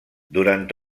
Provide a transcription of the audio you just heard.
durant